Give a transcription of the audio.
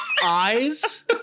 eyes